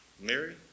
Mary